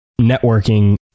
networking